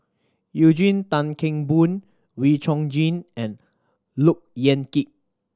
Eugene Tan Kheng Boon Wee Chong Jin and Look Yan Kit